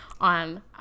on